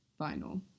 vinyl